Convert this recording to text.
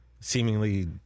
seemingly